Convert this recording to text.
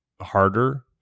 harder